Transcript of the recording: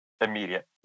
immediate